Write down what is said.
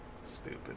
stupid